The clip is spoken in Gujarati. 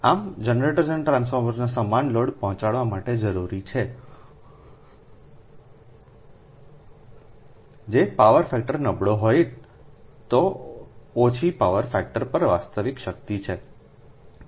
આમ જનરેટર્સ અને ટ્રાન્સફોર્મર્સને સમાન લોડ પહોંચાડવા માટે જરૂરી છે જે પાવર ફેક્ટર નબળો હોય તો ઓછી પાવર ફેક્ટર પર વાસ્તવિક શક્તિ છે